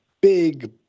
big